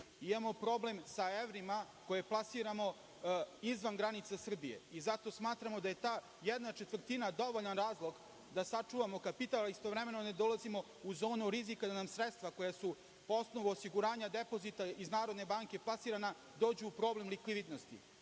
problem sa evrima koje plasiramo izvan granica Srbije i zato smatramo da je ta jedna četvrtina dovoljan razlog da sačuvamo kapital, a istovremeno ne dolazimo u zonu rizika da nam sredstva koja su, po osnovu osiguranja depozita, iz Narodne banke plasirana, dođu u problem likvidnosti. Znači,